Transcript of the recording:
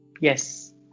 Yes